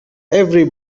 every